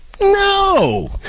No